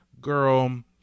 Girl